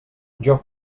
joc